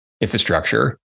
infrastructure